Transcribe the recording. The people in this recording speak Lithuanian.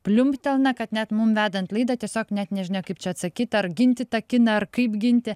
pliumptelna kad net mum vedant laidą tiesiog net nežinai o kaip čia atsakyt ar ginti tą kiną ar kaip ginti